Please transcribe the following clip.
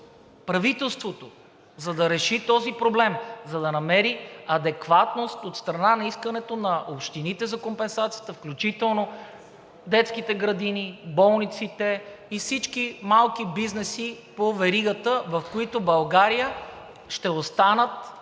правителството, за да реши този проблем, за да намери адекватност от страна на искането на общините за компенсацията, включително детските градини, болниците и всички малки бизнеси по веригата, които в България ще останат